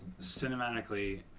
cinematically